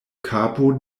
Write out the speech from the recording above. kapo